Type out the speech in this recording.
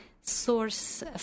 source